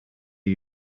are